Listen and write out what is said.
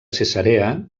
cesarea